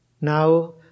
now